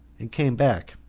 and came back.